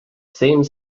same